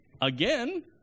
again